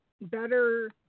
better